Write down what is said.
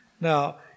Now